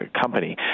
company